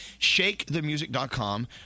shakethemusic.com